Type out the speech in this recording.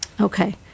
okay